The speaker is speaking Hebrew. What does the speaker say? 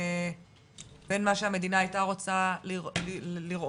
בין מה שהמדינה הייתה רוצה לראות,